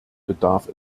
bedarf